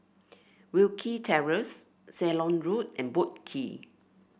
Wilkie Terrace Ceylon Road and Boat Quay